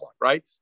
right